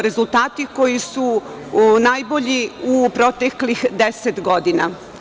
Rezultati koji su najbolji u proteklih 10 godina.